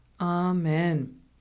amen